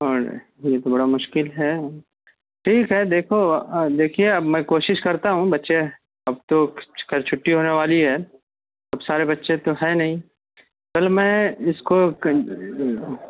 یہ تو بڑا مشکل ہے ٹھیک ہے دیکھو دیکھیے اب میں کوشش کرتا ہوں بچے اب تو خیر چھٹی ہونے والی ہے اب سارے بچے تو ہیں نہیں کل میں اس کو